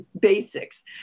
basics